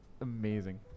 amazing